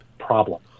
problem